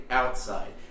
outside